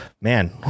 man